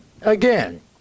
Again